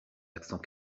accent